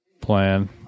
plan